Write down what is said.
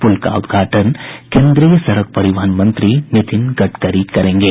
पुल का उद्घाटन केन्द्रीय सड़क परिवहन मंत्री नितिन गडकरी करेंगे